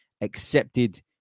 accepted